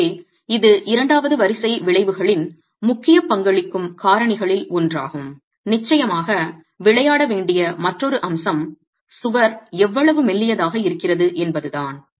எனவே இது இரண்டாவது வரிசை விளைவுகளின் முக்கிய பங்களிக்கும் காரணிகளில் ஒன்றாகும் நிச்சயமாக விளையாட வேண்டிய மற்றொரு அம்சம் சுவர் எவ்வளவு மெல்லியதாக இருக்கிறது என்பதுதான்